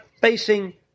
facing